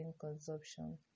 consumption